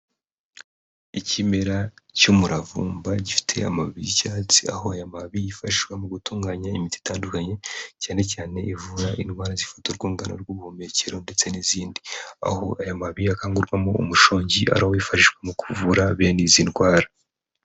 Ikimera cy'umuravumba gifite amababi y'icyatsi, aho aya mababi yifashishwa mu gutunganya imiti itandukanye cyane cyane ivura indwara zifita urwungano rw'ubuhumekero ndetse n'izindi, aho aya mababi akamurwamo umushongi ari wo wifashishwa mu kuvura bene izi ndwara.